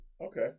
Okay